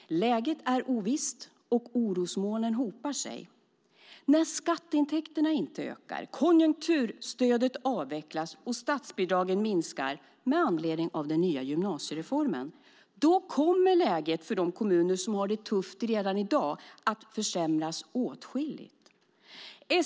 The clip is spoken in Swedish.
Läget är ovisst och orosmolnen hopar sig. När skatteintäkterna inte ökar, konjunkturstödet avvecklas och statsbidragen minskar med anledning av den nya gymnasiereformen kommer läget för de kommuner som har det tufft redan i dag att försämras åtskilligt.